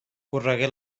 corregué